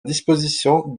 disposition